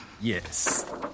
Yes